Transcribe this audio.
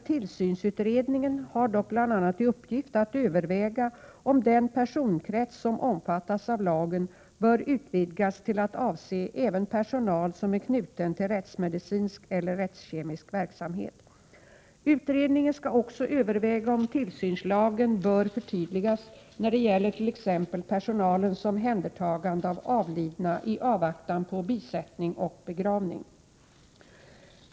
tillsynsutredningen har dock bl.a. i uppgift att överväga om den personkrets som omfattas av lagen bör utvidgas till att avse även personal som är knuten till rättsmedicinsk eller rättskemisk verksamhet. Utredningen skall också överväga om tillsynslagen bör förtydligas när det gäller t.ex. personalens omhändertagande av avlidna i avvaktan på bisättning och begravning.